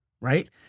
Right